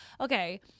okay